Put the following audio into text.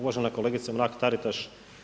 Uvažena kolegice Mrak-TAritaš.